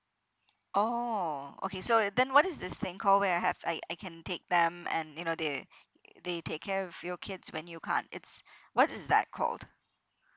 oh okay so then what is this thing called where have I I can take them and you know they they take care of your kids when you can't it's what is that called